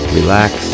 relax